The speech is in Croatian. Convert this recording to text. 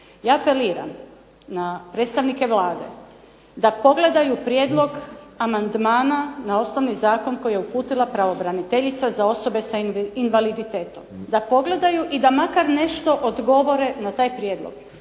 Ja apeliram na predstavnike Vlade da pogledaju prijedlog amandmana na osnovni zakon koji je uputila pravobraniteljica za osobe s invaliditetom, da pogledaju i da makar nešto odgovore na taj prijedlog,